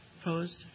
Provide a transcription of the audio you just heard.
Opposed